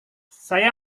saya